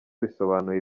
bisobanuye